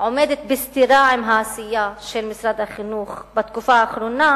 עומדת בסתירה לעשייה של משרד החינוך בתקופה האחרונה,